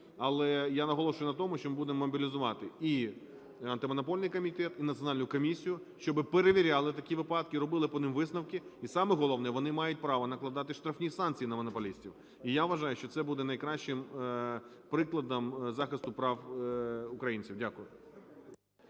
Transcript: Але я наголошую на тому, що ми будемо мобілізувати і Антимонопольний комітет, і Національну комісію, щоб перевіряли такі випадки, робили по ним висновки, і саме головне, вони мають право накладати штрафні санкції на монополістів. І я вважаю, що це буде найкращим прикладом захисту прав українців. Дякую.